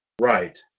right